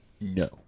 No